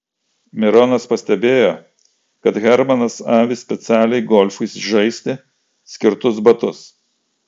mironas pastebėjo kad hermanas avi specialiai golfui žaisti skirtus batus